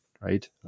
right